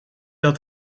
dat